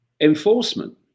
enforcement